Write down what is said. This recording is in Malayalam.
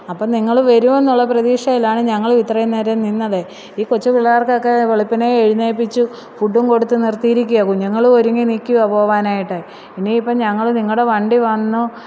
അപ്പം നിങ്ങൾ വരുമെന്നുള്ള പ്രതീക്ഷയിലാണ് ഞങ്ങളും ഇത്രയും നേരം നിന്നത് ഈ കൊച്ച് പിള്ളേർക്ക് ഒക്കെ വെളുപ്പിനേ എഴുന്നേൽപ്പിച്ച് ഫുഡ്ഡുംകൊടുത്ത് നിർത്തിയിരിക്കുകയാ കുഞ്ഞുങ്ങളും ഒരുങ്ങി നിൽക്കുകയാ പോവാനായിട്ട് ഇനിയിപ്പം ഞങ്ങൾ നിങ്ങളുടെ വണ്ടി വന്നു